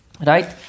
Right